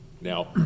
Now